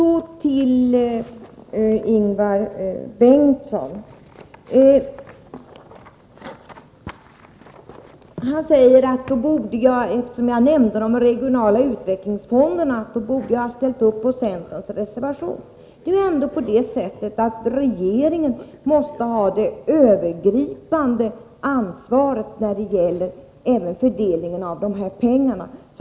Ingvar Karlsson i Bengtsfors säger att eftersom jag nämnde de regionala utvecklingsfonderna borde jag ha ställt upp på centerns reservation. Det är ju ändå på det sättet att regeringen måste ha det övergripande ansvaret även när det gäller fördelningen av dessa pengar.